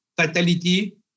fatality